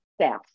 south